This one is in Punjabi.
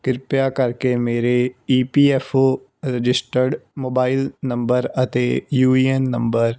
ਕਿਰਪਾ ਕਰਕੇ ਮੇਰੇ E P F O registered mobile number ਅਤੇ ਯੂ ਏ ਐਨ ਨੰਬਰ